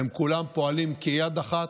והם כולם פועלים כיד אחת,